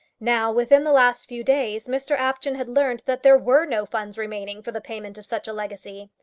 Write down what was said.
now, within the last few days, mr apjohn had learnt that there were no funds remaining for the payment of such a legacy.